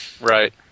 Right